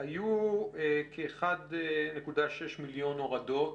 היו כ-1.6 מיליון הורדות,